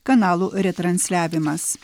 kanalų retransliavimas